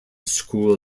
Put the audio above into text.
school